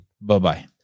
Bye-bye